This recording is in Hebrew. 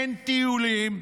אין טיולים.